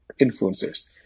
influencers